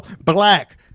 black